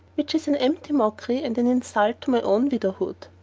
which is an empty mockery and an insult to my own widowhood.